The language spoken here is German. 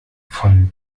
von